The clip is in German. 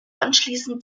anschließend